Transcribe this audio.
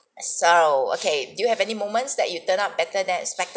so okay do you have any moments that it turned out better than expected